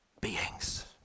beings